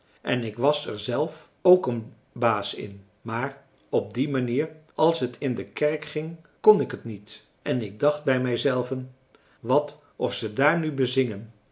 en ik was er zelf ook een baas in maar op die manier als het in de kerk ging kon ik het niet en ik dacht bij mij zelven wat of ze daar nu bezingen